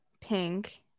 pink